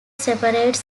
separates